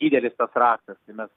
didelis tas raktas tai mes